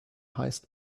highest